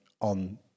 on